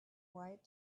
white